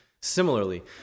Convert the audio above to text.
similarly